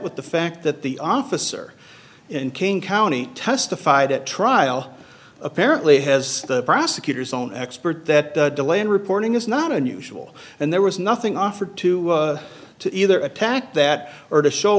with the fact that the officer in king county testified at trial apparently has the prosecutor's own expert that the delay in reporting is not unusual and there was nothing offered to to either attack that or to show